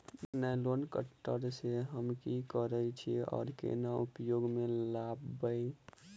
Nylon cutter सँ हम की करै छीयै आ केना उपयोग म लाबबै?